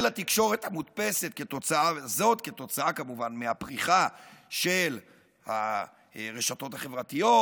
של התקשורת המודפסת כתוצאה כמובן מהפריחה של הרשתות החברתיות,